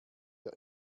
der